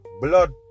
blood